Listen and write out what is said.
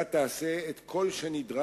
אתה תעשה את כל שנדרש,